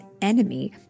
enemy